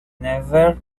never